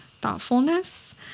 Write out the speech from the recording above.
thoughtfulness